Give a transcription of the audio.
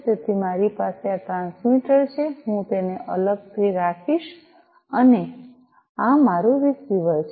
તેથી મારી પાસે આ ટ્રાન્સમીટર છે હું તેને અલગથી રાખીશ અને આ મારું રીસીવર છે